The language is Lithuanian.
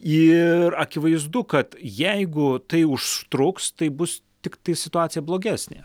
ir akivaizdu kad jeigu tai užtruks tai bus tiktai situacija blogesnė